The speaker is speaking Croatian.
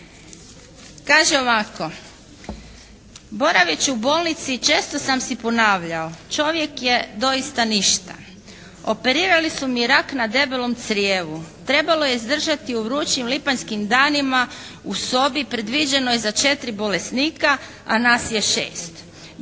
Kaže ovako: «Boraveći u bolnici često sam si ponavljao čovjek je doista ništa. Operirali su mi rak na debelom crijevu. Trebalo je izdržati u vrućim lipanjskim danima u sobi predviđenoj za 4 bolesnika a nas je 6.